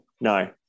No